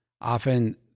often